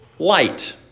light